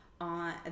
on